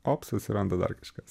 ops atsiranda dar kažkas